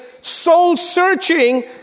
soul-searching